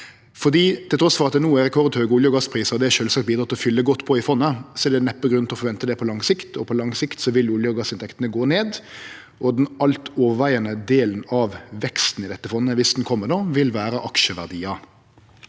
meir. Trass i at det no er rekordhøge olje- og gassprisar og det sjølvsagt bidrar til å fylle godt på i fondet, er det neppe grunn til å forvente det på lang sikt. På lang sikt vil olje- og gassinntektene gå ned, og den største delen av veksten i dette fondet, viss den kjem, vil vere aksjeverdiar.